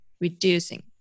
reducing